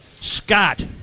Scott